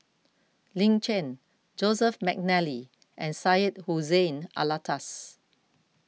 Lin Chen Joseph McNally and Syed Hussein Alatas